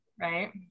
right